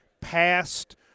passed